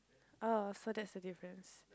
oh so that's a difference